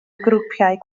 grwpiau